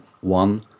one